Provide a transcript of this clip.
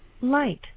Light